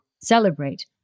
celebrate